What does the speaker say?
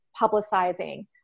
publicizing